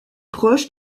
proche